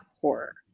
horror